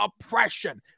oppression